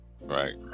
Right